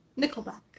Nickelback